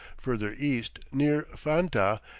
further east, near fantah,